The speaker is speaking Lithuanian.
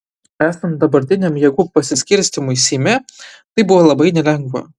esant dabartiniam jėgų pasiskirstymui seime tai buvo labai nelengva